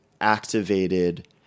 activated